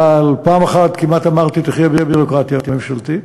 אבל פעם אחת כמעט אמרתי: תחי הביורוקרטיה הממשלתית,